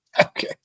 Okay